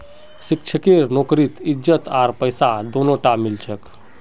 शिक्षकेर नौकरीत इज्जत आर पैसा दोनोटा मिल छेक